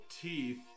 teeth